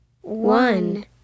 One